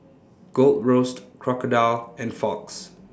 Gold Roast Crocodile and Fox